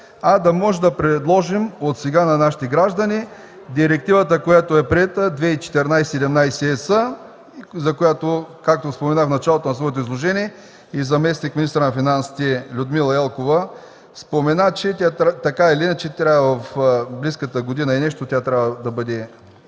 а да можем да предложим от сега на нашите граждани директивата, която е приета – 2014/17/ЕС, за която, както споменах в началото на своето изложение, и заместник-министърът на финансите Людмила Елкова спомена, че така или иначе в близката година и нещо тя трябва да бъде